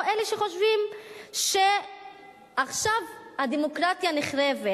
או אצל אלה שחושבים שעכשיו הדמוקרטיה נחרבת,